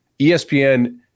ESPN